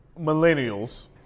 millennials